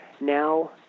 now